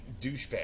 Douchebag